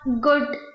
good